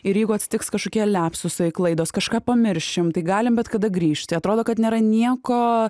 ir jeigu atsitiks kažkokie liapsusai klaidos kažką pamiršim tai galim bet kada grįžti atrodo kad nėra nieko